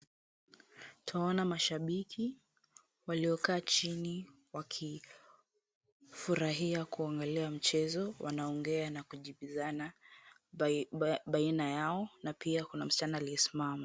Twaona mashabiki waliokaa chini wakifurahia kuangalia mchezo. Wanaongea na kujibizana baina yao na pia kuna msichana aliyesimama.